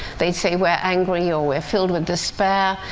they'd say, we're angry, or we're filled with despair,